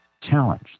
challenge